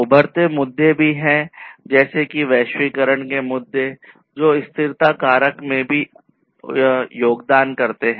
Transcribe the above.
उभरते मुद्दे भी हैं जैसे कि वैश्वीकरण के मुद्दे जो स्थिरता कारक में भी योगदान करते हैं